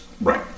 Right